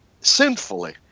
sinfully